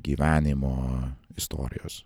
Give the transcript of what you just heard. gyvenimo istorijos